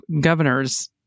governors